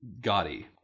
gaudy